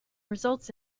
results